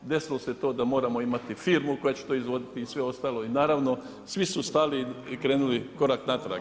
Desilo se to da moramo imati firmu koja će to izvoditi i sve ostalo i naravno svi su stali i krenuli korak natrag.